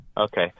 Okay